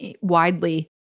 widely